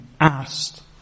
asked